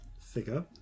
figure